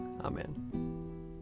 Amen